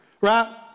Right